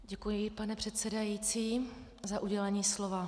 Děkuji, pane předsedající, za udělení slova.